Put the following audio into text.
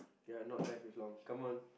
ya not left with long come on